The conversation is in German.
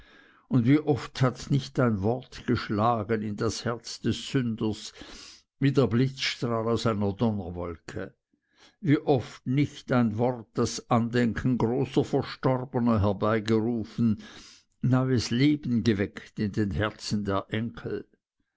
und wie oft hat nicht ein wort geschlagen in das herz des sünders wie der blitzstrahl aus einer donnerwolke wie oft nicht ein wort das andenken großer verstorbenen herbei gerufen neues leben geweckt in den herzen der enkel